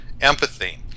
empathy